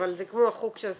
אבל זה כמו החוק שעשינו,